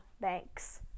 banks